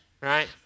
right